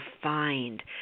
defined